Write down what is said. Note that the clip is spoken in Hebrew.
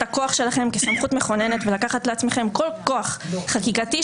הכוח שלכם כסמכות מכוננת ולקחת לעצמכם כל כוח חקיקתי,